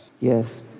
Yes